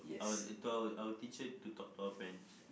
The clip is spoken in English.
our to our our teacher to talk to our parents